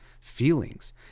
feelings